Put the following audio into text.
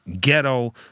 ghetto